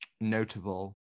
notable